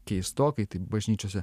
keistokai tai bažnyčiose